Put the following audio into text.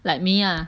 like me ah